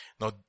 Now